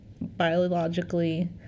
biologically